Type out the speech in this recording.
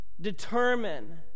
Determine